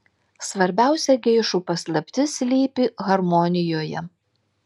svarbiausia geišų paslaptis slypi harmonijoje